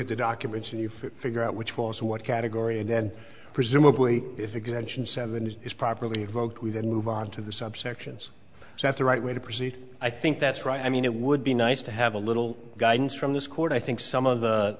at the documents and you figure out which was what category and then presumably if exemption seven is properly invoked we then move on to the subsections is that the right way to proceed i think that's right i mean it would be nice to have a little guidance from this court i think some of the